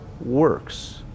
works